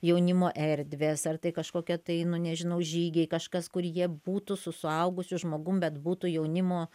jaunimo erdvės ar tai kažkokie tai nu nežinau žygiai kažkas kur jie būtų su suaugusiu žmogum bet būtų jaunimo